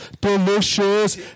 delicious